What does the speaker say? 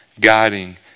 guiding